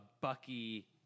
Bucky